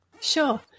Sure